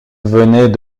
venaient